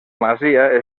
masia